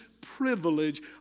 privilege